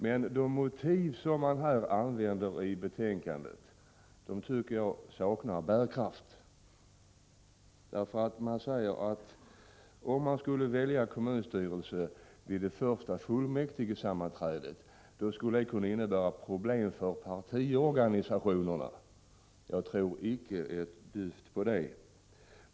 Men de motiv som här anförts i betänkandet tycker jag saknar bärkraft. Man säger att om kommunstyrelse skulle väljas vid det första fullmäktigesammanträdet, skulle det kunna innebära problem för partiorganisationerna. Jag tror icke ett dyft på det.